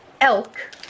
elk